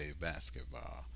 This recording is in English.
basketball